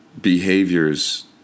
behaviors